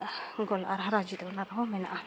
ᱜᱳᱞ ᱟᱨ ᱦᱟᱨᱟ ᱡᱤᱛᱟᱹᱣ ᱚᱱᱟ ᱨᱮᱦᱚᱸ ᱢᱮᱱᱟᱜᱼᱟ